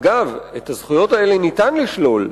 אגב, את הזכויות האלה ניתן לשלול.